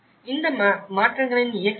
இந்த மாற்றங்களின் இயக்கிகள் என்ன